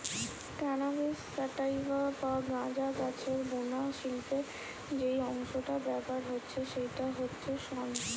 cannabis sativa বা গাঁজা গাছের বুনা শিল্পে যেই অংশটা ব্যাভার হচ্ছে সেইটা হচ্ছে শন